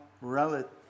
relative